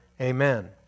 Amen